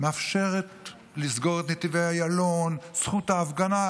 מאפשרת לסגור את נתיבי איילון, זכות ההפגנה.